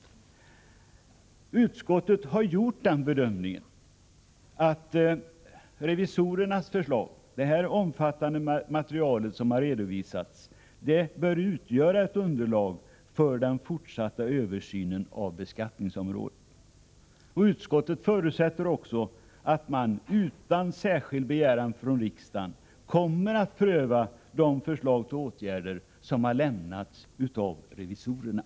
Utskottet har också gjort den bedömningen att revisorernas förslag, med det omfattande material som redovisats, bör utgöra underlag för den fortsatta översynen av beskattningsområdet. Utskottet förutsätter vidare att man, utan särskild begäran från riksdagen, kommer att pröva de förslag till åtgärder som har lämnats av revisorerna.